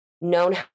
known